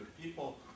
people